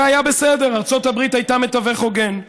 זה היה בסדר, ארצות הברית הייתה מתווך הוגן,